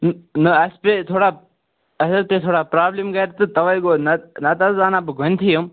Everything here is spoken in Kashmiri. نہ نہ اسہِ پیٚے تھوڑا اَسہِ حظ پیٚے تھوڑا پرٛابلِم گَرِ تہٕ تَوَے گوٚو نَتہٕ نتہٕ حظ اَنہٕ ہا بہٕ گۄڈنیٚتھٕے یِم